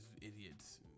idiots